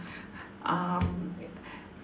um